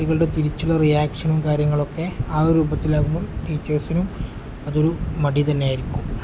കുട്ടികളുടെ തിരിച്ചുള്ള റിയാക്ഷനും കാര്യങ്ങളൊക്കെ ആ ഒരു രൂപത്തിലാകുമ്പോൾ ടീച്ചേഴ്സിനും അതൊരു മടി തന്നെയായിരിക്കും